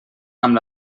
amb